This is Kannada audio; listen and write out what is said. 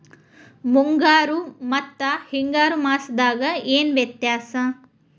ಮುಂಗಾರು ಮತ್ತ ಹಿಂಗಾರು ಮಾಸದಾಗ ಏನ್ ವ್ಯತ್ಯಾಸ?